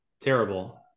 terrible